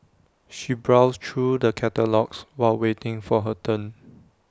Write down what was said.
she browsed through the catalogues while waiting for her turn